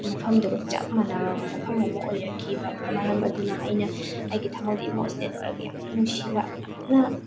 ꯃꯐꯝꯗꯣ ꯆꯞ ꯃꯥꯟꯅꯔꯕ ꯃꯐꯝ ꯑꯃ ꯑꯣꯏꯔꯛꯈꯤ ꯃꯔꯝ ꯑꯗꯨꯅ ꯑꯩꯅ ꯑꯩꯒꯤ ꯊꯝꯃꯣꯏꯗ ꯏꯝꯃꯣꯁꯅꯦꯜ ꯑꯣꯏꯔꯒ ꯌꯥꯝꯅ ꯅꯨꯡꯁꯤꯕ ꯌꯥꯝꯅ